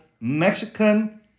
Mexican